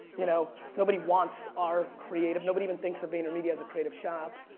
you know nobody wants our creative. nobody even thinks of vaynermedia as a creative shop.